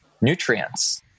nutrients